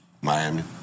Miami